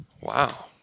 Wow